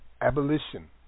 Abolition